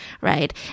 Right